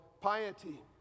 piety